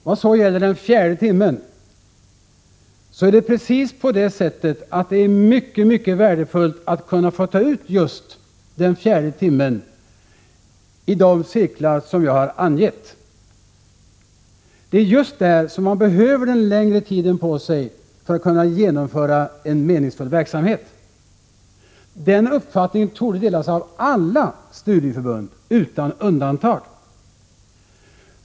När det så gäller den fjärde timmen vill jag säga att det är mycket värdefullt att kunna få ta ut just den fjärde timmen i de cirklar som jag har angivit. Det är just där som man behöver den längre tiden på sig för att kunna genomföra en meningsfull verksamhet. Den uppfattningen torde delas av alla studieför bund utan undantag.